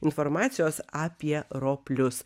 informacijos apie roplius